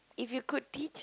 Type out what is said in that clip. if you could teach